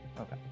Okay